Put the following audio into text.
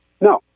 No